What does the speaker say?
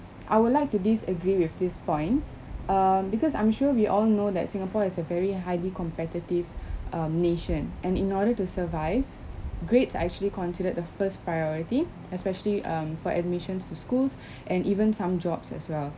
I would like to disagree with this point um because I'm sure we all know that singapore is a very highly competitive um nation and in order to survive grades are actually considered the first priority especially um for admissions to schools and even some jobs as well